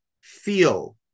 feel